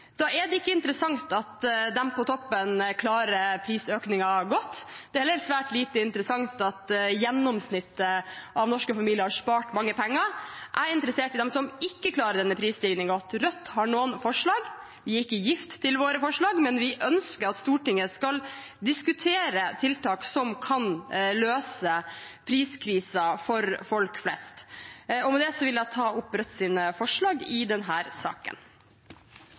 Da er det ikke interessant at de på toppen klarer prisøkningen godt, og det er også svært lite interessant at gjennomsnittet av norske familier har spart mange penger. Jeg er interessert i dem som ikke klarer denne prisstigningen godt. Rødt har noen forslag. Vi er ikke gift med våre forslag, men vi ønsker at Stortinget skal diskutere tiltak som kan løse priskrisen for folk flest. Med det vil jeg ta opp Rødts forslag i denne saken.